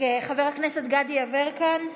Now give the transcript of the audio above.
חבר הכנסת גדי יברקן,